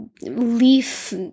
leaf